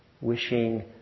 Wishing